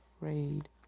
afraid